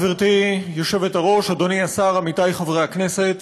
גברתי היושבת-ראש, אדוני השר, עמיתי חברי הכנסת,